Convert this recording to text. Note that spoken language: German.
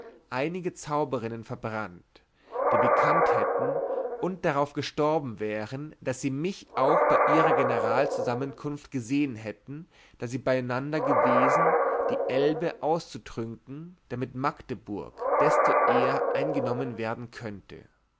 einige zauberinnen verbrannt die bekannt hatten und darauf gestorben wären daß sie mich auch bei ihrer generalzusammenkunft gesehen hätten da sie beieinander gewesen die elbe auszutrücknen damit magdeburg desto eher eingenommen werden könnte